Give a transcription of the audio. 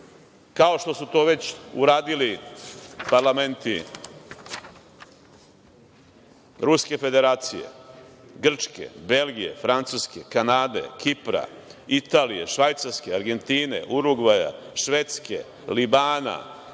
kao što su to već uradili parlamenti Ruske Federacije, Grčke, Belgije, Francuske, Kanade, Kipra, Italije, Švajcarske, Argentine, Urugvaja, Švedske, Libana,